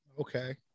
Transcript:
Okay